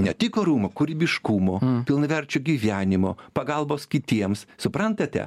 ne tik orumo kūrybiškumo pilnaverčio gyvenimo pagalbos kitiems suprantate